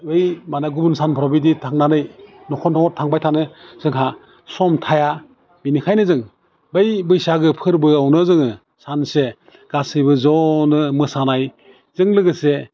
बै माने गुबुन सानफ्राव बिदि थांनानै नख'र नख'र थांबाय थानो जोंहा सम थाया बिनिखायनो जों बै बैसागो फोरबोआवनो जोङो सानसे गासैबो ज'नो मोसानायजों लोगोसे